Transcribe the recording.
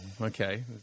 okay